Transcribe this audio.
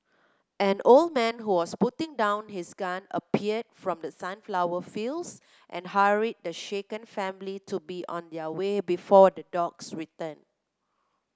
an old man who was putting down his gun appeared from the sunflower fields and hurried the shaken family to be on their way before the dogs return